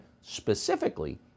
specifically